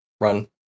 Run